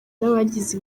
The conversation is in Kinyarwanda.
n’abagize